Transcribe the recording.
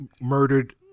murdered